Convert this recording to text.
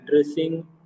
addressing